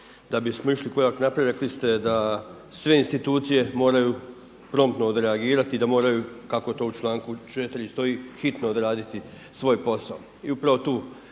Da bismo išli korak naprijed, rekli ste da sve institucije moraju promptno odreagirati i da moraju kako to u članku 4. stoji hitno odraditi svoj posao.